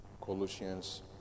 colossians